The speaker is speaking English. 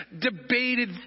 debated